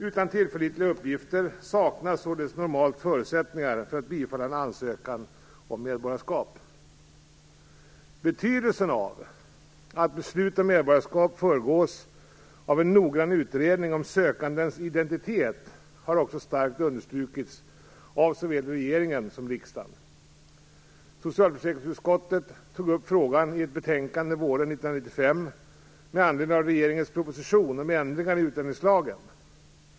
Utan tillförlitliga uppgifter saknas således normalt förutsättningar för att bifalla en ansökan om medborgarskap. Betydelsen av att beslut om medborgarskap föregås av en noggrann utredning om sökandens identitet har också starkt understrukits av såväl regeringen som riksdagen. Socialförsäkringsutskottet tog upp frågan i ett betänkande våren 1995 med anledning av regeringens proposition om ändringar i utlänningslagen (prop. 1994/95:179, bet.